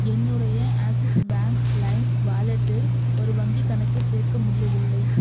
என்னுடைய ஆக்ஸிஸ் பேங்க் லைம் வாலெட்டில் ஒரு வங்கிக் கணக்கைச் சேர்க்க முடியவில்லை